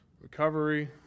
recovery